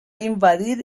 invadir